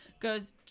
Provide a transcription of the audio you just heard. goes